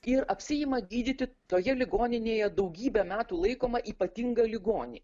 ir apsiima gydyti toje ligoninėje daugybę metų laikomą ypatingą ligonį